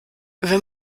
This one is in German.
wenn